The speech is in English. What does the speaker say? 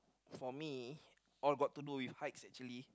for me all got to do with heights actually